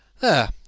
There